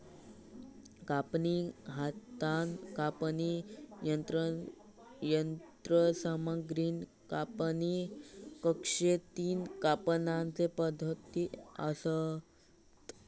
कापणी, हातान कापणी, यंत्रसामग्रीन कापणी अश्ये तीन कापणीचे पद्धती आसत